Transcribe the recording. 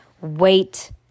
wait